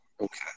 Okay